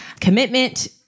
commitment